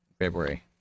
February